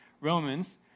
Romans